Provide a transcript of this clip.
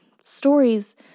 Stories